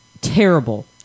terrible